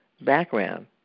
background